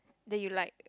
then you like